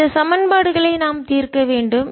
2α2βγ0 இந்த சமன்பாடுகளை நாம் தீர்க்க வேண்டும்